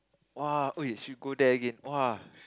!woah! [oi] we should go there again !woah!